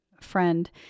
friend